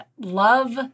love